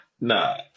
Nah